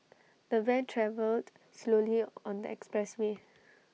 the van travelled slowly on the expressway